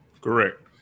Correct